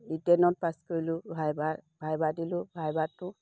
ৰিটেনত pass কৰিলোঁ ভাইভাৰ viva দিলোঁ ভাইভাটো